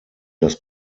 das